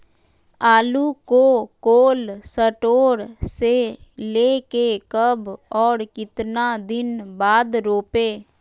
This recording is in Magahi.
आलु को कोल शटोर से ले के कब और कितना दिन बाद रोपे?